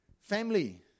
Family